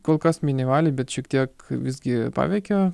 kol kas minimaliai bet šiek tiek visgi paveikė